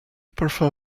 prefer